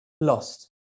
lost